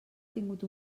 tingut